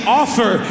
offer